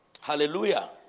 Hallelujah